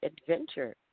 adventure